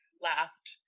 last